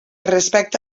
respecta